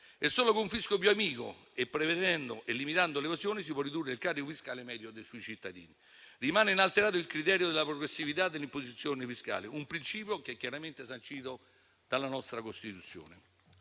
Solo con un fisco più amico, prevedendo e limitando l'evasione, si può ridurre il carico fiscale medio sui cittadini. Rimane inalterato il criterio della progressività dell'imposizione fiscale: principio sancito dalla nostra Costituzione.